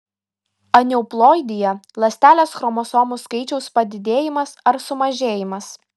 aneuploidija ląstelės chromosomų skaičiaus padidėjimas ar sumažėjimas